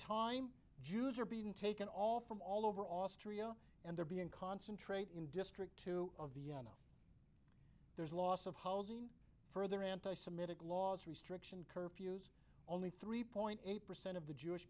time jews are being taken all from all over austria and they're being concentrated in district two of the there's a loss of housing further anti semitic laws restricting curfews only three point eight percent of the jewish